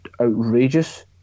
outrageous